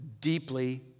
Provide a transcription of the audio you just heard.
deeply